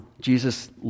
Jesus